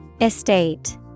Estate